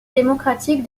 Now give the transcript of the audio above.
démocratique